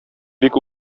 бик